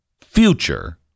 future